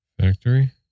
factory